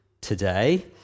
today